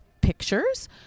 pictures